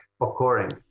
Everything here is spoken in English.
occurring